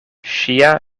ŝia